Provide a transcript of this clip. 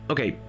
Okay